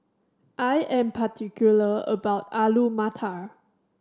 I am particular about Alu Matar